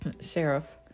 sheriff